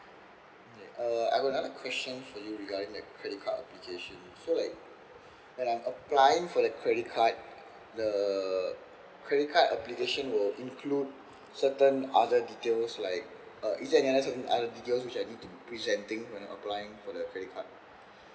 uh I got another question for you regarding for the credit card application so like when I'm applying for the credit card the credit card application will include certain other details like uh is that any certain other details which I need to presenting when I applying for the credit card